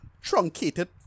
truncated